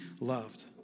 loved